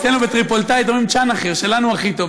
אצלנו בטריפוליטאית אומרים "צ'אנה ח'יר" שלנו הכי טוב,